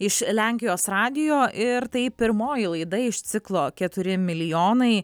iš lenkijos radijo ir tai pirmoji laida iš ciklo keturi milijonai